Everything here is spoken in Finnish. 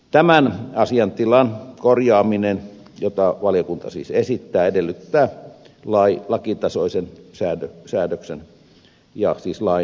tämän asiantilan korjaaminen jota valiokunta siis esittää edellyttää lakitasoisen säädöksen ja siis lain muutosta